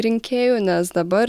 rinkėjų nes dabar